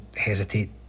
hesitate